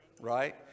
right